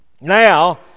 Now